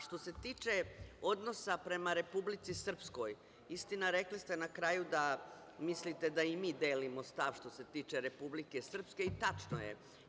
Što se tiče odnosa prema Republici Srpskoj, istina, rekli ste na kraju da mislite da i mi delimo stav što se tiče Republike Srpske i tačno je.